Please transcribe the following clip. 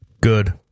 Good